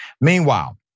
Meanwhile